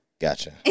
Gotcha